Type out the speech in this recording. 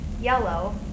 yellow